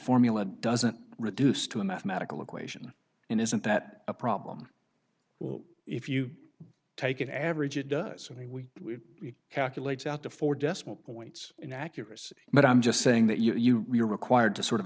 formula doesn't reduce to a mathematical equation and isn't that a problem if you take it average it does something we calculate out to four decimal points in accuracy but i'm just saying that you are required to sort of